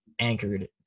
anchored